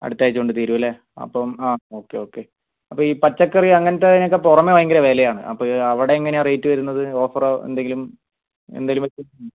അടുത്താഴ്ച്ച കൊണ്ട് തീരുമല്ലേ അപ്പം ആ ഓക്കെ ഓക്കെ അപ്പം ഈ പച്ചക്കറി അങ്ങനത്തെ അതിനൊക്കെ പുറമെ ഭയങ്കര വിലയാണ് അപ്പോൾ അവിടെ എങ്ങനെയാണ് റേറ്റ് വരുന്നത് ഓഫറോ എന്തെങ്കിലും എന്തെങ്കിലുമൊക്കെ